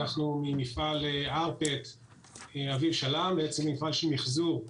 אנחנו ממפעל אביב למיחזור בקבוקים.